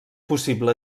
possible